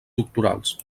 doctorals